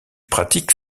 pratique